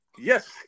Yes